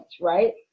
right